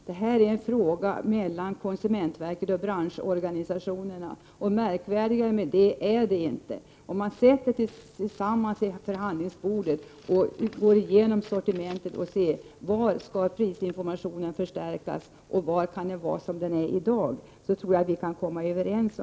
Detta är en fråga mellan konsumentverket och branschorganisationerna. Märkvärdigare än så är det inte. Om man sätter sig vid förhandlingsbordet, går igenom sortimentet och undersöker var prisinformationen kan förstärkas samt var den kan vara som den är i dag, då tror jag man kan komma överens.